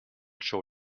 show